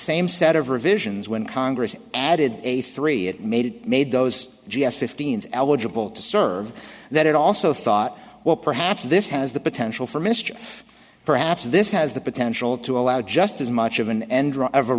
same set of revisions when congress added a three it made it made those g s fifteen eligible to serve that it also thought well perhaps this has the potential for mischief perhaps this has the potential to allow just as much of an e